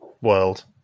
world